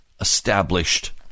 established